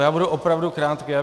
Já budu opravdu krátký.